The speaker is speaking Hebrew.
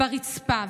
ברצפה,